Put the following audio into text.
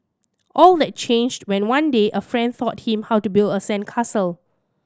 all that changed when one day a friend taught him how to build a sandcastle